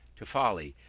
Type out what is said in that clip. to folly,